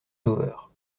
sauveur